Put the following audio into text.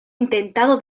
intentado